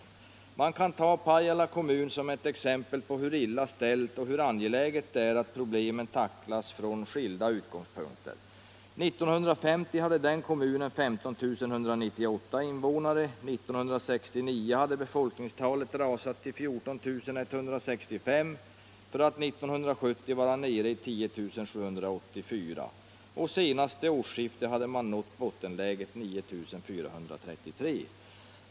Men man kan ta Pajala kommun som ett exempel på hur illa ställt och hur angeläget det är att problemen tacklas från skilda utgångspunkter. År 1950 hade kommunen 15 198 invånare. 1969 hade befolkningstalet rasat till 14 165 för att 1970 vara nere i 10 784. Senaste årsskifte hade man nått bottenläget 9 433.